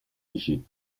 logés